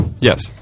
Yes